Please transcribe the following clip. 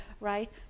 right